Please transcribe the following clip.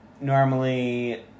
normally